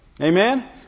amen